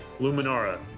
Luminara